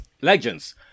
Legends